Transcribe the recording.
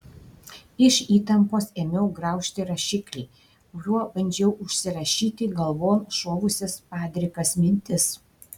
iš įtampos ėmiau graužti rašiklį kuriuo bandžiau užsirašyti galvon šovusias padrikas mintis